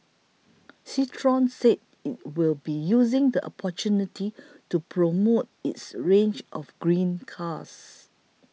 Citroen said it will be using the opportunity to promote its range of green cars